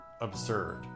absurd